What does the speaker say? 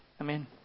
Amen